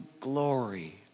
glory